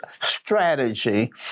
strategy